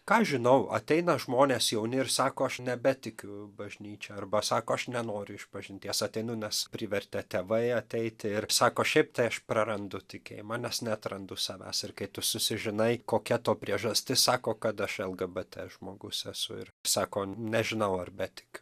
ką aš žinau ateina žmonės jauni ir sako aš nebetikiu bažnyčia arba sako aš nenoriu išpažinties ateinu nes privertė tėvai ateiti ir sako šiaip tai aš prarandu tikėjimą nes neatrandu savęs ir kai tu susižinai kokia to priežastis sako kad aš lgbt žmogus esu ir sako nežinau ar betikiu